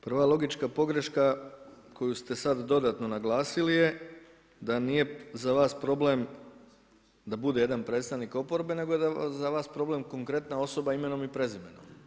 Prva logička pogreška koju ste sada dodatno naglasili je da nije za vas problem da bude jedan predstavnik oporbe nego da je za vas problem konkretna osoba imenom i prezimenom.